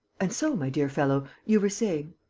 and so, my dear fellow, you were saying.